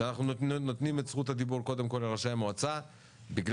שאנחנו נותנים את זכות הדיבור קודם כל לראשי המועצה בגלל